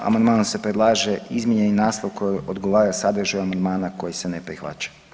Amandmanom se predlaže izmijenjeni naslov koji odgovara sadržaju amandmana koji se ne prihvaća.